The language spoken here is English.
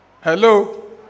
Hello